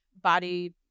body